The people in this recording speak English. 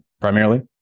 primarily